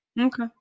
okay